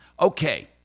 Okay